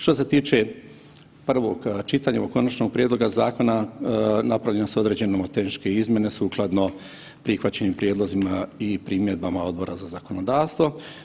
Što se tiče prvog čitanja ovog konačnog prijedloga zakona napravljene su određene nomotehničke izmjene sukladno prihvaćenim prijedlozima i primjedbama Odbora za zakonodavstvo.